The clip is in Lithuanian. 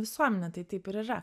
visuomene tai taip ir yra